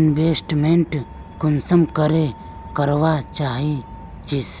Investment कुंसम करे करवा चाहचिस?